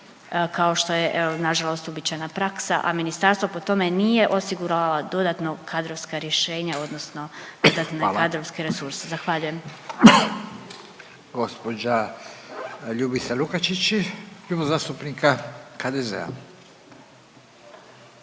kao što je evo nažalost uobičajena praksa, a ministarstvo po tome nije osiguralo dodatno kadrovska rješenja odnosno potrebne kadrovske resurse. Zahvaljujem. **Radin, Furio (Nezavisni)** Hvala.